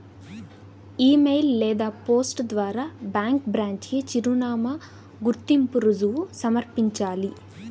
ఇ mail లేదా post ద్వారా bank branch కి చిరునామా, గుర్తింపు రుజువు సమర్పించాలి